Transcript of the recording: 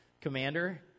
commander